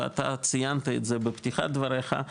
ואתה ציינת את זה בפתיחת דבריך,